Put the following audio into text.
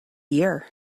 year